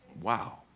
Wow